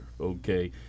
okay